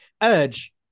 Edge